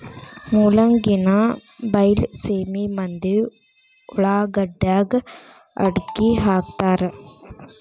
ಮೂಲಂಗಿನಾ ಬೈಲಸೇಮಿ ಮಂದಿ ಉಳಾಗಡ್ಯಾಗ ಅಕ್ಡಿಹಾಕತಾರ